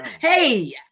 Hey